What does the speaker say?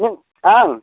आं